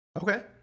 Okay